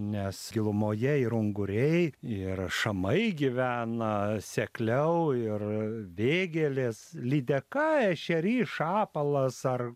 nes gilumoje ir unguriai ir šamai gyvena sekliau ir vėgėlės lydeka ešerys šapalas ar